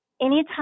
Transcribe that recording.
anytime